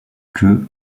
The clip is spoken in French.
que